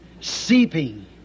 seeping